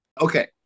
Okay